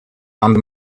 under